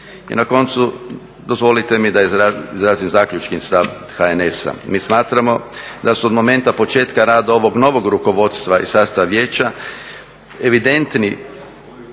I na koncu dozvolite mi da izrazim zaključni stav HNS-a. Mi smatramo da su od momenta početka rada ovog novog rukovodstva i sastava vijeća evidentno